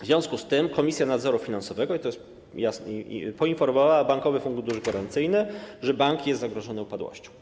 W związku z tym Komisja Nadzoru Finansowego - i to jest jasne - poinformowała Bankowy Fundusz Gwarancyjny, że bank jest zagrożony upadłością.